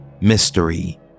mystery